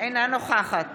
אינה נוכחת